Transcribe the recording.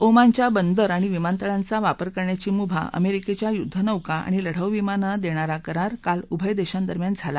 ओमानच्या बंदर आणि विमानतळांचा वापर करण्याची मुभा अमरिक्खित युद्धनौका आणि लढाऊ विमानांना दर्पिरा करार काल उभय दशीदरम्यान झाला